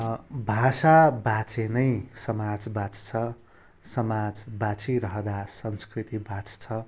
भाषा बाँचे नै समाज बाँच्छ समाज बाँचिरहँदा संस्कृति बाँच्छ